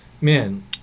man